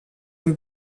een